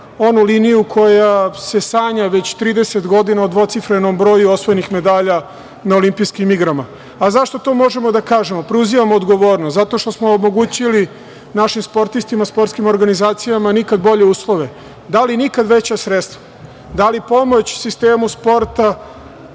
famoznu liniju koja se sanja već 30 godina o dvocifrenom broju medalja na olimpijskim igrama.Zašto to možemo da kažemo, preuzimam odgovornost? Zato što smo omogućili našim sportistima, sportskim organizacijama nikad bolje uslove, dali nikad veća sredstva, dali pomoć sistemu sporta